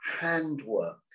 handwork